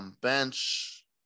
Bench